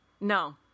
No